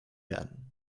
werden